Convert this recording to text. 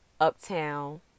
uptown